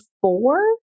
four